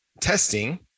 testing